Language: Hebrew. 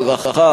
הדרכה,